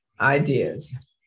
ideas